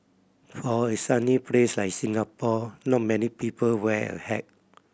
for a sunny place like Singapore not many people wear a hat